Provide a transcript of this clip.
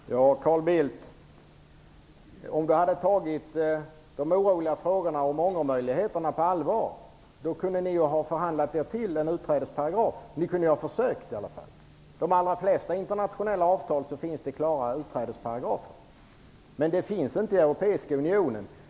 Fru talman! Om Carl Bildt hade tagit de oroliga frågorna om ångermöjligheterna på allvar, kunde ni åtminstone ha försökt att förhandla er fram till en utträdesparagraf. I de allra flesta internationella avtal finns det klara utträdesparagrafer, men en sådan finns inte i Europeiska unionen.